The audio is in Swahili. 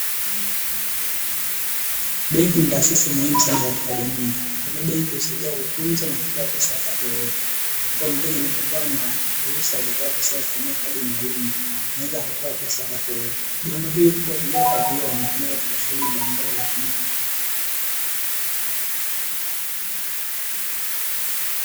Benki ni taasisi muhimu sana katika jamii kwenye benki, husaidia kutunza na kutoa pesa wakati wowote, ambao mteja inapokuwa na ruhusa ya kutoa pesa ya kutumia kadi maalumu anaweza akatoa pesa wakati wowote jengo hili kubwa unatumia katika shule mbalimbali za kibenki.